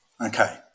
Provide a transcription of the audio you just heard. Okay